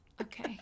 Okay